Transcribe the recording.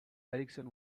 erickson